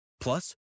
Plus